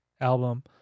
album